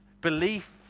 belief